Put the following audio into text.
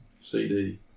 CD